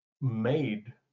made